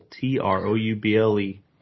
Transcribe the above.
T-R-O-U-B-L-E